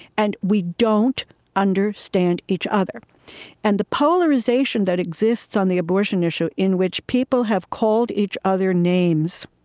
and we don't understand each other and the polarization that exists on the abortion issue, in which people have called each other names